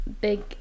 Big